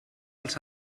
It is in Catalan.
els